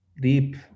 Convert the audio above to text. deep